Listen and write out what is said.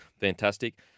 fantastic